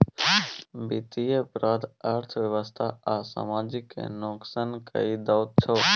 बित्तीय अपराध अर्थव्यवस्था आ समाज केँ नोकसान कए दैत छै